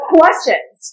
questions